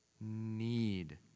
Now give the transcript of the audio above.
need